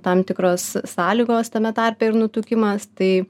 tam tikros sąlygos tame tarpe ir nutukimas tai